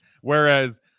whereas